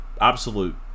absolute